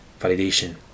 validation